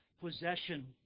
possession